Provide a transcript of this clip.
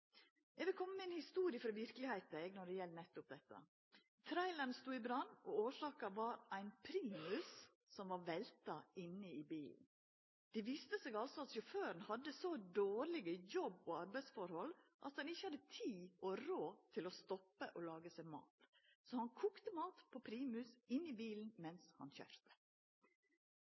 Eg vil koma med ei historie frå verkelegheita når det gjeld nettopp dette. Traileren stod i brann, og årsaka var ein primus som hadde velta inne i bilen. Det viste seg at sjåføren hadde så dårlege arbeidsforhold at han ikkje hadde tid og råd til å stoppa og laga seg mat, så han kokte mat på primus inne i bilen mens han